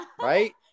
Right